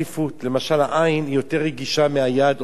למשל, העין היא יותר רגישה מהיד או מהרגל,